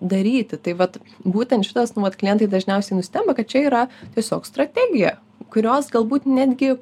daryti tai vat būtent šitas nu vat klientai dažniausiai nustemba kad čia yra tiesiog strategija kurios galbūt netgi